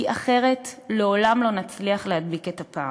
כי אחרת לעולם לא נצליח להדביק את הפער.